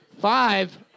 Five